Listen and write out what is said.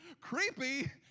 creepy